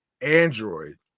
Android